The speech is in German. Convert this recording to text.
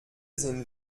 sind